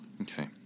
Okay